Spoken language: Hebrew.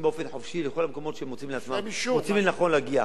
באופן חופשי לכל המקומות שהם מוצאים לנכון להגיע.